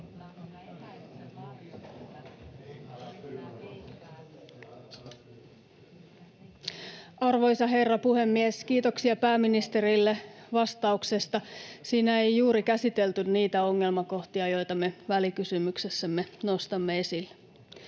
Arvoisa herra puhemies! Kiitoksia pääministerille vastauksesta. Siinä ei juuri käsitelty niitä ongelmakohtia, joita me välikysymyksessämme nostamme esille.